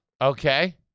Okay